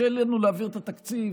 קשה לנו להעביר את התקציב.